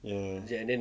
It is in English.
ya